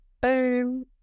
Boom